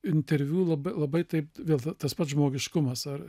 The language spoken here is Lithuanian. interviu labai labai taip vėl tas pats žmogiškumas ar